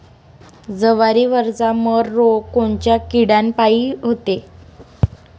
जवारीवरचा मर रोग कोनच्या किड्यापायी होते?